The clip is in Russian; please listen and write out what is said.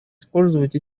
использовать